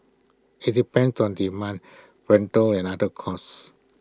IT depends on demand rental and other costs